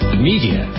Media